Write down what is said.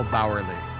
Bowerly